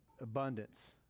abundance